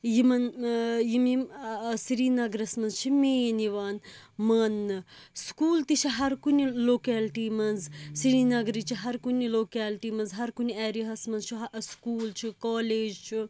یِمَن یِم یِم اَز سرینَگرَس منٛز چھِ مین یِوان ماننہِ سکوٗل تہِ چھ ہَر کُنہِ لوکِلٹی منٛز سِرینَگرٕچ ہَر کُنہِ لوکِلٹی منٛز ہَر کُنہِ اِیریاہَس منٛز چھ سکوٗل چھُ کالیج چھُ